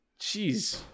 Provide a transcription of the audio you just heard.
jeez